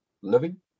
living